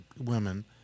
Women